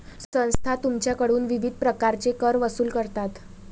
संस्था तुमच्याकडून विविध प्रकारचे कर वसूल करतात